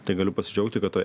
tai galiu pasidžiaugti kad toj